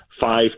five